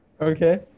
Okay